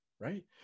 right